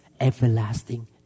everlasting